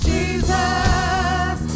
Jesus